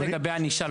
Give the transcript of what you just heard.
מה לגבי ענישה?